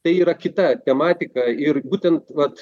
tai yra kita tematika ir būtent vat